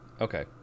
Okay